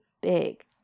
big